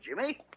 Jimmy